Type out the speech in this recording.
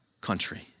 country